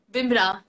Bimra